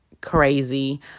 crazy